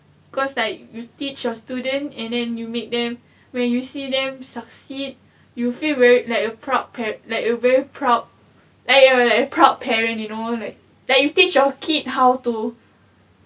cause like you teach your student and then you make them when you see them succeed you feel very like a proud pa~ like a very proud like err like proud parent you know like like you teach your kid how to